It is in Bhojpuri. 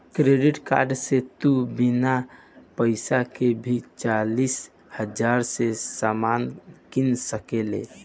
क्रेडिट कार्ड से तू बिना पइसा के भी चालीस हज़ार के सामान किन सकेल